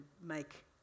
make